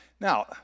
Now